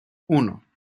uno